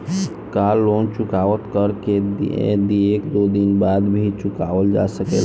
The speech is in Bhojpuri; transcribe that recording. का लोन चुकता कर के एक दो दिन बाद भी चुकावल जा सकेला?